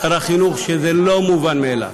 שר החינוך, זה לא מובן מאליו,